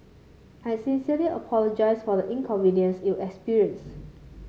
I sincerely apologise for the inconvenience you experienced